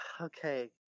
okay